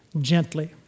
Gently